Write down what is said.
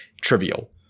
trivial